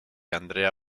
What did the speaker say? andrea